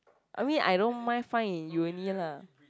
I mean I don't mind find in uni lah